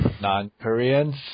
non-Koreans